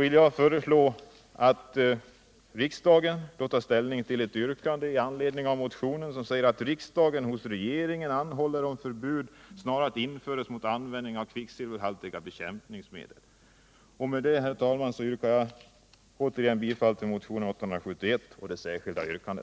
vill jag hemställa att riksdagen får ta ställning till ett yrkande med anledning av motionen, nämligen att riksdagen hos regeringen anhåller att förbud snarast införs mot användningen av kvicksilverhaltiga bekämpningsmedel. Med detta, herr talman, yrkar jag återigen bifall till motionen 871 och det nu framförda särskilda yrkandet.